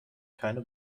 keine